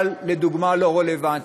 אבל הדוגמה לא רלוונטית.